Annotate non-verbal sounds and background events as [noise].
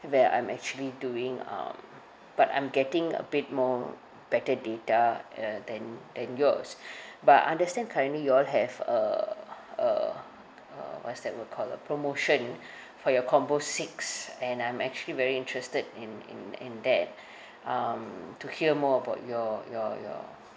that I'm actually doing um but I'm getting a bit more better data uh than than yours [breath] but I understand currently you all have a a uh what's that word called ah promotion [breath] for your combo six and I'm actually very interested in in in that [breath] um to hear more about your your your